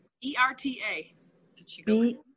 e-r-t-a